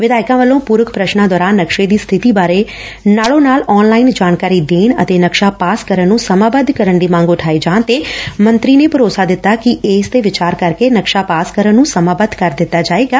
ਵਿਧਾਇਕਾਂ ਵੱਲੋਂ ਪੁਰਕ ਪ੍ਰਸ਼ਨਾਂ ਦੌਰਾਨ ਨਕਸ਼ੇ ਦੀ ਸਥਿਤੀ ਬਾਰੇ ਨਾਲੋਂ ਨਾਲ ਆਨ ਲਾਈਨ ਜਾਣਕਾਰੀ ਦੇਣ ਅਤੇ ਨਕਸ਼ਾ ਪਾਸ ਕਰਨ ਨੂੰ ਸਮਾ ਬੇਧ ਕਰਨ ਦੀ ਮੰਗ ਉਠਾਏ ਜਾਣ ਤੇ ਮੰਤਰੀ ਨੇ ਭਰੋਸਾ ਦਿੱਤਾ ਕਿ ਇਸ ਤੇ ਵਿਚਾਰ ਕਰਕੇ ਨਕਸ਼ਾ ਪਾਸ ਕਰਨ ਨੂੰ ਸਮਾਬੱਧ ਕਰ ਦਿੱਤਾ ਜਾਵੇਗਾ